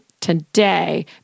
today